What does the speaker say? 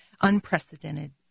unprecedented